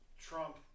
Trump